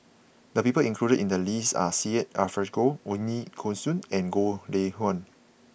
the people included in the list are Syed Alsagoff Ooi Kok Chuen and Goh Lay Kuan